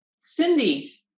Cindy